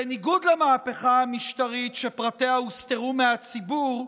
בניגוד למהפכה המשטרית, שפרטיה הוסתרו מהציבור,